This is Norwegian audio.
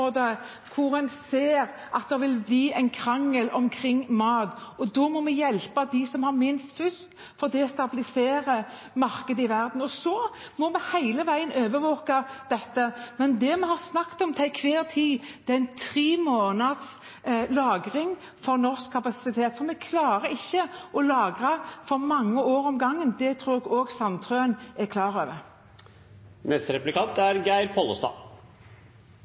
konfliktområde hvor en ser at det vil bli krangel omkring mat. Da må vi hjelpe dem som har minst, først, for det stabiliserer markedet i verden, og så må vi hele veien overvåke dette. Men det vi til enhver tid har snakket om, er tre måneders lagring for norsk kapasitet, for vi klarer ikke å lagre for mange år om gangen. Det tror jeg også Sandtrøen er klar over.